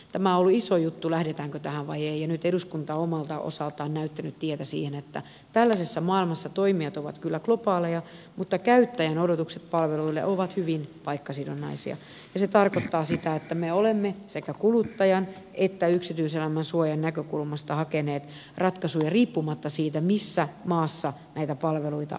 tämä on ollut iso juttu lähdetäänkö tähän vai ei ja nyt eduskunta on omalta osaltaan näyttänyt tietä siihen että tällaisessa maailmassa toimijat ovat kyllä globaaleja mutta käyttäjän odotukset palveluille ovat hyvin paikkasidonnaisia ja se tarkoittaa sitä että me olemme sekä kuluttajansuojan että yksityiselämän suojan näkökulmasta hakeneet ratkaisuja riippumatta siitä missä maassa näitä palveluita tarjotaan